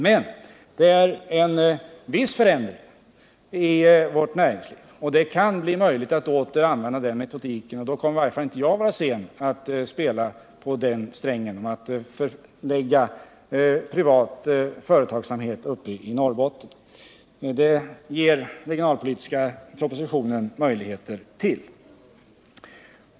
Men det har skett en viss förändring i vårt näringsliv, och det kan bli möjligt att på nytt använda den här metodiken. Då kommer i varje fall inte jag att vara sen att spela på den strängen: att förlägga privat företagsamhet uppe i Norrbotten. Och det ger den regionalpolitiska propositionen möjligheter till.